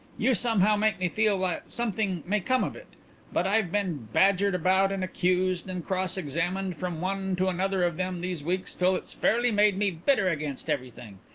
you somehow make me feel that something may come of it but i've been badgered about and accused and cross-examined from one to another of them these weeks till it's fairly made me bitter against everything.